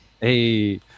Hey